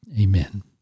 Amen